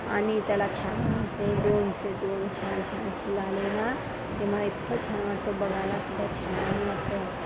आणि त्याला छानसे दोन शे दोन छान छान फुल आले ना ते मला इतकं छान वाटतं बघायला सुद्धा छान वाटतं